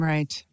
Right